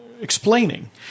explaining